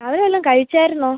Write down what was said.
അവർ വല്ലതും കഴിച്ചായിരുന്നോ